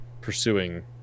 pursuing